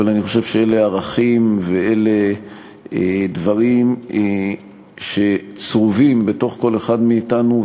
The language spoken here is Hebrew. אבל אני חושב שאלה ערכים ואלה דברים שצרובים בתוך כל אחד מאתנו,